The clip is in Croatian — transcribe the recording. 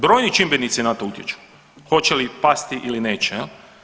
Brojni čimbenici na to utječu hoće li pasti li neće jel.